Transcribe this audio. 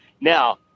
Now